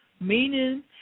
meaning